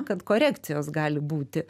kad korekcijos gali būti